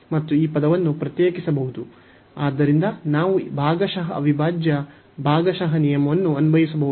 ಆದ್ದರಿಂದ ನಾವು ಭಾಗಶಃ ಅವಿಭಾಜ್ಯ ಭಾಗಶಃ ನಿಯಮವನ್ನು ಅನ್ವಯಿಸಬಹುದು